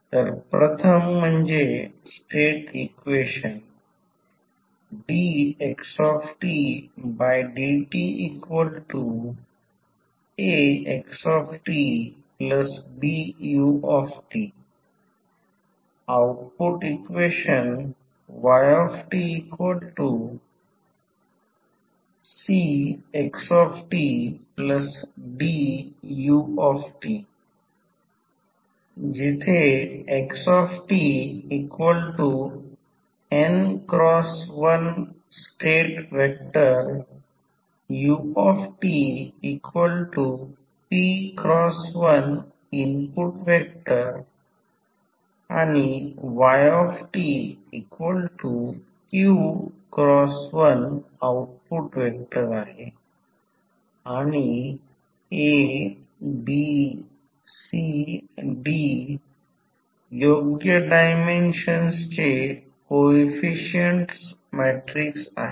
तर प्रथम म्हणजे state equation dxdtAxtBut output equation ytCxtDut जेथे xtn×1स्टेट व्हेक्टर utp×1इनपुट व्हेक्टर ytq×1आउटपुट व्हेक्टर आणि ABCD योग्य डायमेन्शनचे कोइफिसिएंट मॅट्रिक्स आहेत